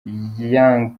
yang